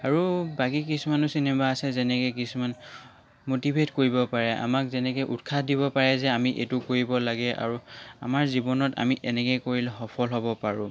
আৰু বাকী কিছুমানো চিনেমা আছে যেনেকৈ কিছুমান মটিভেট কৰিব পাৰে আমাক যেনেকৈ উৎসাহ দিব পাৰে যে আমি এইটো কৰিব লাগে আৰু আমাৰ জীৱনত আমি এনেকৈ কৰিলে সফল হ'ব পাৰোঁ